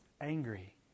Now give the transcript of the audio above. angry